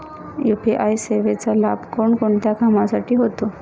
UPI सेवेचा लाभ कोणकोणत्या कामासाठी होतो?